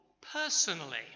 personally